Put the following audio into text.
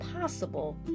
possible